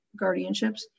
guardianships